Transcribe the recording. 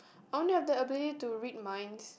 I want to have the ability to read minds